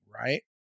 right